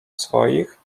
swoich